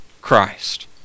Christ